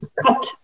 cut